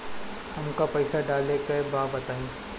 हमका पइसा डाले के बा बताई